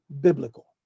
biblical